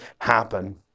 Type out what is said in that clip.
happen